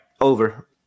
Over